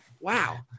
Wow